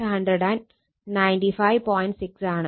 6 ആണ്